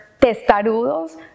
testarudos